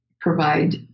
provide